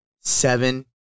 seven